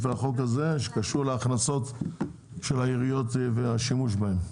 בחוק הזה שקשור להכנסות של העיריות והשימוש בהם.